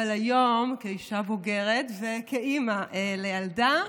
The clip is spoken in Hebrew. אבל היום, כאישה בוגרת וכאימא לילדה,